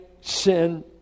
sin